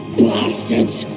bastards